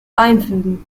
einfügen